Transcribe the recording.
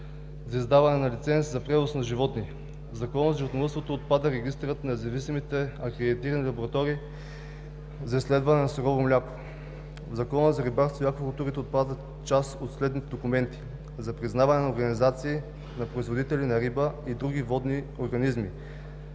за издаване на лиценз за превоз на животни. В Закона за животновъдството отпада регистърът на независимите акредитирани лаборатории за изследване на суровото мляко. В Закона за рибарството и аквакултурите отпадат част от следните документи: за признаване на организации на производители на риба и други водни организми;